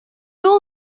all